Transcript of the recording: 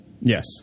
Yes